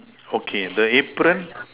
okay the apron